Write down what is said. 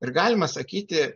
ir galima sakyti